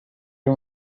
you